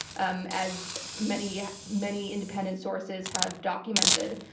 um as many yeah many independent sources have documented.